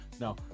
Now